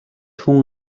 хүн